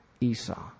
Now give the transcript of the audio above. Esau